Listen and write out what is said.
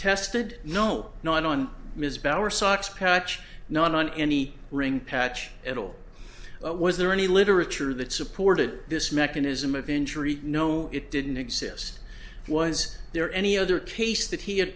tested no not on ms bower socks patch not on any ring patch at all was there any literature that supported this mechanism of injury no it didn't exist was there any other case that he had